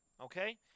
okay